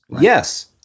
Yes